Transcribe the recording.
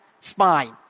spine